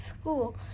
school